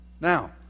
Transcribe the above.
Now